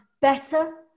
better